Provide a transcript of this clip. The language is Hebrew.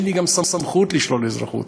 גם אין לי סמכות לשלול אזרחות.